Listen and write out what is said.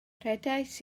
rhedais